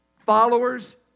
Followers